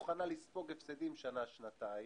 לספוג הפסדים שנה שנתיים,